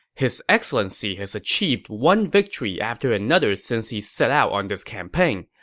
his excellency has achieved one victory after another since he set out on this campaign.